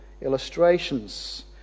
Illustrations